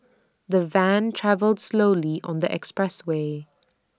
the van travelled slowly on the expressway